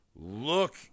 look